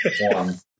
One